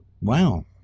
Wow